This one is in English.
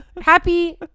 Happy